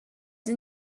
این